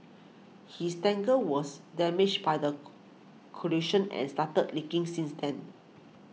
his tanker was damaged by the collision and started leaking since then